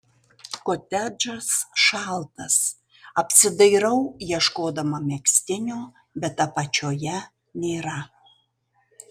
kotedžas šaltas apsidairau ieškodama megztinio bet apačioje nėra